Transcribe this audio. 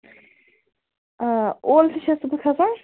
آ اولسہِ چھَس نا بہٕ کھ سان